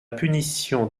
punition